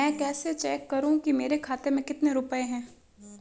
मैं कैसे चेक करूं कि मेरे खाते में कितने रुपए हैं?